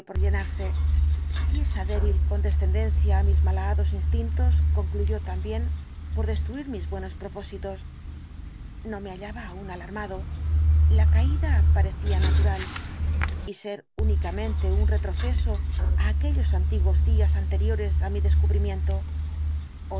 llenarse y esa débil condescendencia á mis malhadados instintos concluyó también por destruir mis buenos propósitos no me bailaba aún alarmado la caída parecía natural y ser únicamente un retroceso á aquellos antiguos días anteriores á mi descubrimiento